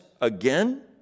again